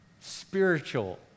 spiritual